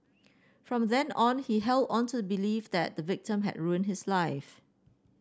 from then on he held on to the belief that the victim had ruined his life